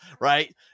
Right